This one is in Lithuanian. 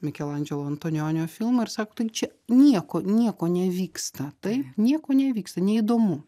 mikelandželo antonionio filmą ir sako taigi čia nieko nieko nevyksta taip nieko nevyksta neįdomu